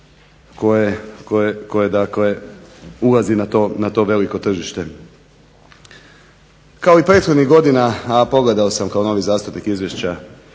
dakle ulazi na to veliko tržište. Kao i prethodnih godina, a pogledao sam kao novi zastupnik Izvješća